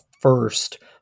first